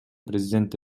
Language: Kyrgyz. президент